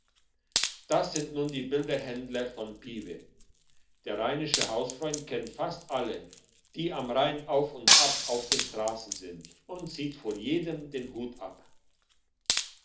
das sind nun die bilderhändler von pieve der rheinische hausfreund kennt fast alle die am rhein auf und ab auf den strassen sind und zieht vor jedem den hut ab